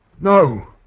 No